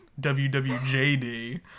WWJD